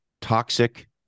toxic